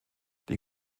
die